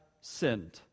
sinned